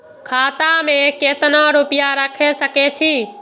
खाता में केतना रूपया रैख सके छी?